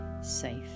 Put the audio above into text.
safe